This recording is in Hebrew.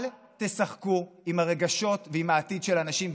אל תשחקו עם הרגשות ועם העתיד של אנשים.